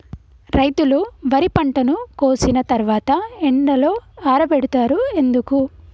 రైతులు వరి పంటను కోసిన తర్వాత ఎండలో ఆరబెడుతరు ఎందుకు?